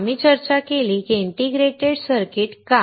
तर आम्ही चर्चा केली की इंटिग्रेटेड सर्किट्स का